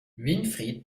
winfried